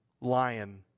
lion